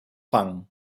fang